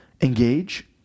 engage